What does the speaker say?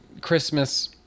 Christmas